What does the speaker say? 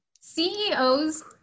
CEOs